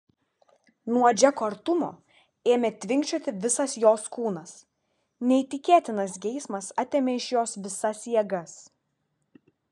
nuo džeko artumo ėmė tvinkčioti visas jos kūnas neįtikėtinas geismas atėmė iš jos visas jėgas